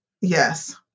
Yes